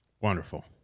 Wonderful